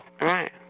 Right